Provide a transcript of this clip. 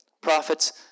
Prophets